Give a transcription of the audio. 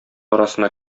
арасына